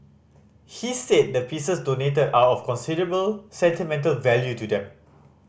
he said the pieces donated are of considerable sentimental value to them